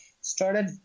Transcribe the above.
started